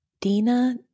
Dina